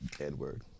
Edward